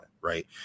Right